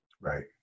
Right